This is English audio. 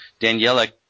Daniela